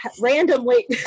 randomly